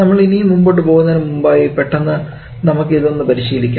നമ്മൾ ഇനിയും മുന്നോട്ടു പോകുന്നതിനു മുൻപായി പെട്ടെന്ന് നമുക്ക് ഇതൊന്നു പരിശീലിക്കാം